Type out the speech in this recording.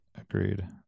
agreed